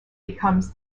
becomes